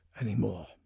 anymore